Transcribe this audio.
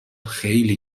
خیلی